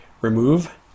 Remove